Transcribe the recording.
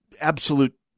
absolute